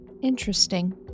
Interesting